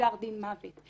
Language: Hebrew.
גזר דין מוות.